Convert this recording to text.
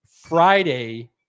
Friday